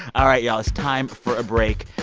all right, y'all. it's time for a break.